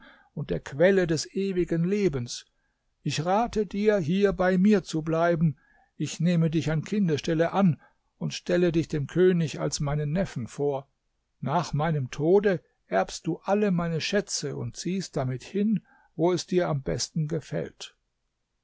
und der quelle des ewigen lebens ich rate dir hier bei mir zu bleiben ich nehme dich an kindesstelle an und stelle dich dem könig als meinen neffen vor nach meinem tode erbst du alle meine schätze und ziehst damit hin wo es dir am besten gefällt